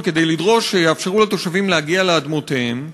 כדי לדרוש שיאפשרו לתושבים להגיע לאדמותיהם,